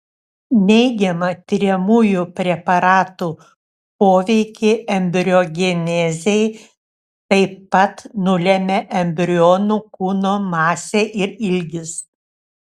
neigiamą tiriamųjų preparatų poveikį embriogenezei taip pat nulemia embrionų kūno masė ir ilgis